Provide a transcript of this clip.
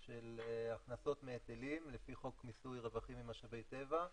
של הכנסות מהיטלים לפי חוק מיסוי רווחים ממשאבי טבע